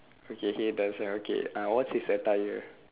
okay he doesn't okay uh what's his attire